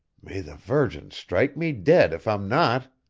may the virgin strike me dead if i'm not!